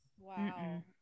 Wow